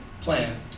plan